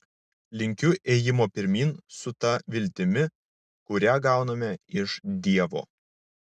linkiu ėjimo pirmyn su ta viltimi kurią gauname iš dievo